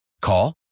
Call